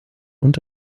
und